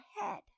head